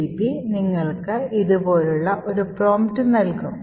GDB നിങ്ങൾക്ക് ഇതുപോലുള്ള ഒരു പ്രോംപ്റ്റ് നൽകും